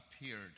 appeared